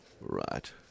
Right